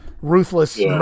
ruthless